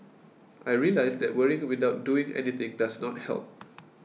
I realised that worrying without doing anything does not help